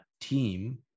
team